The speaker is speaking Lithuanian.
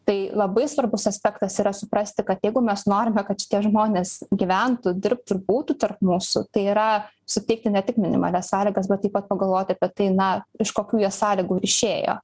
tai labai svarbus aspektas yra suprasti kad jeigu mes norime kad šitie žmonės gyventų dirbtų ir būtų tarp mūsų tai yra suteikti ne tik minimalias sąlygas bet taip pat pagalvoti apie tai na iš kokių jie sąlygų išėjo